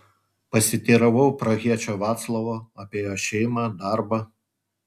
pasiteiravau prahiečio vaclavo apie jo šeimą darbą